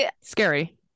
scary